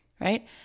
right